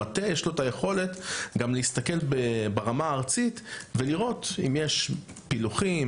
המטה יש לו את היכולת גם להסתכל ברמה הארצית ולראות אם יש פילוחים,